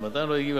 הם עדיין לא הגיעו.